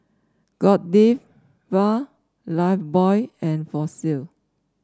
Godiva Lifebuoy and Fossil